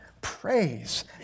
praise